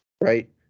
right